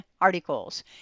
articles